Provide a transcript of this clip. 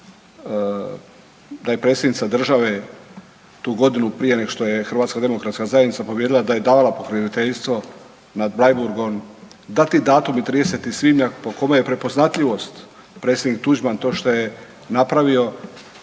da je predsjednica države tu godinu prije nego što je HDZ pobijedila da je davala pokroviteljstvo nad Bleiburgom da ti datumi 30. svibnja po kome je prepoznatljivost predsjednik Tuđman to što je napravio,